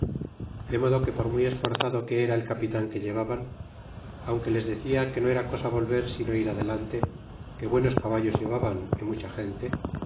de modo que por muy esforzado que era el capitan que llevaban aunque les decia que no era cosa volver sino ir adelante que buenos caballos llevaban y mucha gente